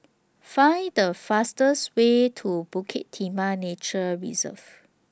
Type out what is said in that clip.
Find The fastest Way to Bukit Timah Nature Reserve